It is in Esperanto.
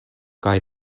kaj